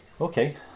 Okay